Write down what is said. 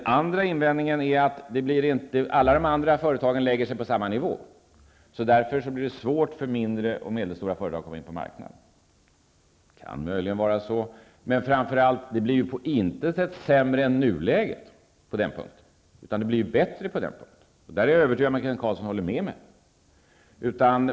Den andra invändningen är att alla de andra företagen lägger sig på samma nivå och att det därför blir svårt för mindre och medelstora företag att komma in på marknaden. Det kan möjligen bli så, men framför allt blir det på den punkten på intet sätt sämre än i nuläget -- tvärtom. Jag är övertygad om att Kent Carlsson håller med mig om det.